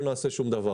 לא נשעה שום דבר.